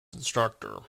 instructor